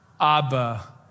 Abba